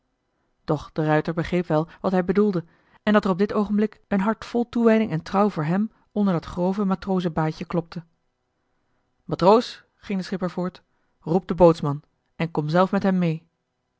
doch de ruijter begreep wel wat hij bedoelde en dat er op dit oogenblik een hart vol toewijding en trouw voor hem onder dat grove matrozenbaaitje klopte matroos ging de schipper voort roep den bootsman en kom zelf met hem mee